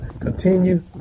continue